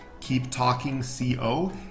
keeptalkingco